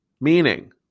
Meaning